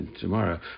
tomorrow